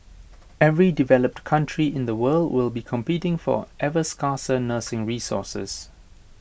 every developed country in the world will be competing for ever scarcer nursing resources